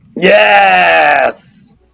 Yes